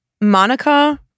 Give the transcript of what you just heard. Monica